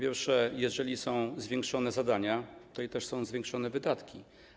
Jeżeli są zwiększone zadania, to też są zwiększone wydatki.